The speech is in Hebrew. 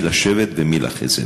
מי לשבט ומי לחסד?